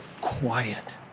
quiet